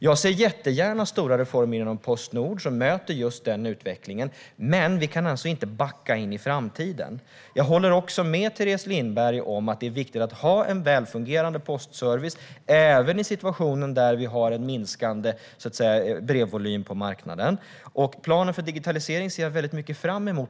Jag ser jättegärna stora reformer inom Postnord som möter denna utveckling, men vi kan inte backa in i framtiden. Jag håller med Teres Lindberg om att det är viktigt att ha en välfungerande postservice även i en situation där vi har en minskande brevvolym på marknaden. Jag ser fram emot digitaliseringsplanen.